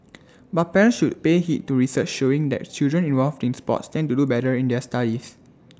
but parents should pay heed to research showing that children involved in sports tend to do better in their studies